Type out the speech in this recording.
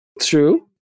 True